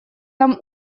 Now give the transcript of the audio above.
там